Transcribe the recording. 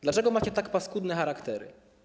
Dlaczego macie tak paskudne charaktery?